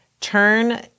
turn